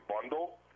bundle